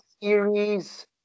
series